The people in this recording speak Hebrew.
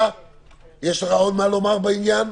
יש לך עוד מה לומר בעניין,